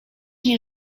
nie